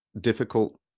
difficult